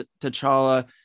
T'Challa